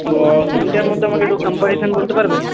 তো তিনটের মধ্যে আমাকে একটু কম্প্যারিজন বলতে পারবেন